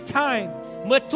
time